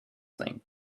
thing